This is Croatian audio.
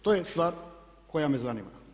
To je stvar koja me zanima.